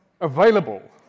available